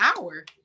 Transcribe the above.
hour